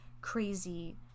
crazy